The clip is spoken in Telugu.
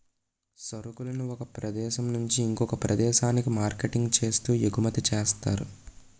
సరుకులను ఒక ప్రదేశం నుంచి ఇంకొక ప్రదేశానికి మార్కెటింగ్ చేస్తూ ఎగుమతి చేస్తారు